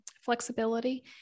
flexibility